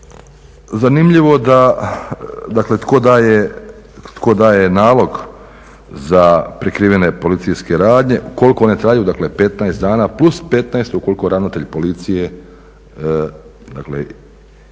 Zanimljivo da, tko daje nalog za prekrivene policijske radnje ukoliko one traju 15 dana, plus 15 ukoliko ravnatelj policije,